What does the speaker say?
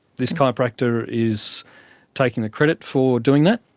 this chiropractor is taking the credit for doing that,